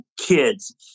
kids